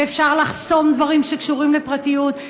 ואפשר לחסום דברים שקשורים לפרטיות,